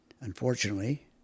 unfortunately